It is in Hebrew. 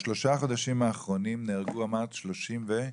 בשלושת החודשים האחרונים אמרת שנהרגו שלושים וכמה?